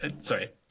sorry